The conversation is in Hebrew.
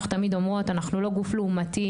אנחנו תמיד אומרות אנחנו לא גוף לאומתי,